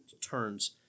turns